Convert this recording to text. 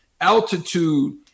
altitude